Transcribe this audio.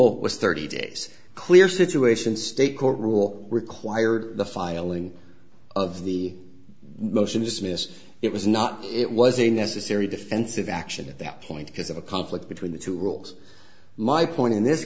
al was thirty days clear situation state court rule required the filing of the motion to dismiss it was not it was a necessary defensive action at that point because of a conflict between the two rules my point in this